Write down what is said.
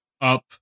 up